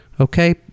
Okay